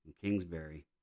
Kingsbury